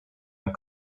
and